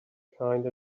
kind